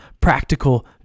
practical